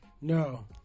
No